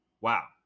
Wow